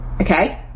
Okay